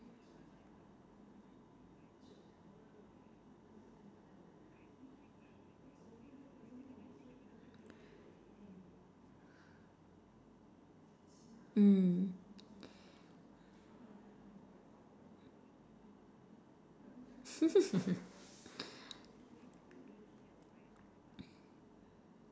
mm